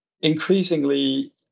increasingly